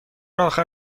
آخر